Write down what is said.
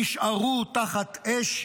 נשארו תחת אש,